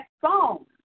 song